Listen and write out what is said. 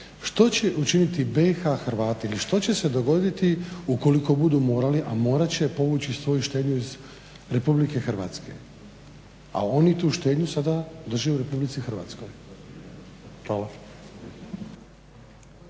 što će učiniti BiH Hrvati ili što će se dogoditi ukoliko budu morali, a morat će povući svoju štednju iz Republike Hrvatske, a oni tu štednju sada drže u Republici Hrvatskoj. Hvala.